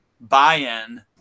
buy-in